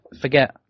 forget